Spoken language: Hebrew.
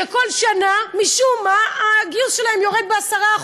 שכל שנה משום מה היקף הגיוס שלהן יורד ב-10%.